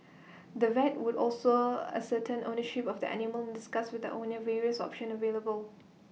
the vet would also ascertain ownership of the animal discuss with the owner various options available